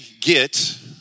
get